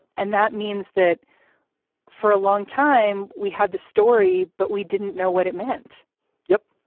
and that means that for a long time we had the story but we didn't know what it meant yep.